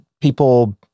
people